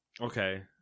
Okay